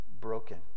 broken